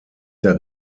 der